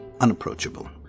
unapproachable